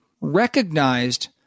recognized